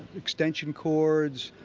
extension cords.